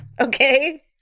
Okay